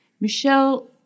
Michelle